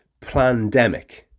plandemic